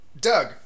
Doug